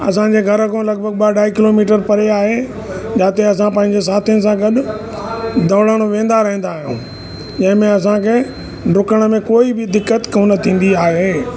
असांजे घर खां लॻभॻि ॿ अढाई किलोमीटर परे आहे जाते असां पंहिंजे साथियुनि सां गॾु दौड़ण वेंदा रहंदा आहियूं जंहिंमें असांखे डुकण में कोई बि दिक़त कोन थींदी आहे